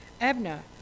Abner